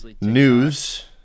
news